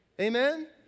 Amen